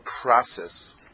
process